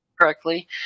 correctly